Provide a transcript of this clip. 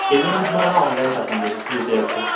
payment मी तुम्हाला online टाकून देईल यू पी आय थ्रू